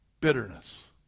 bitterness